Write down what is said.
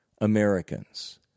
Americans